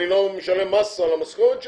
אני לא משלם מס על המשכורת שלי,